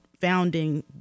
founding